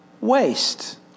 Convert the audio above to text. waste